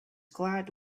glad